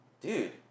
dude